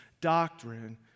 doctrine